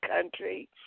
country